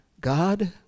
God